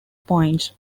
points